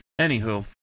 Anywho